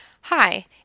Hi